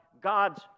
God's